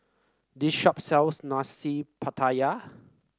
this shop sells Nasi Pattaya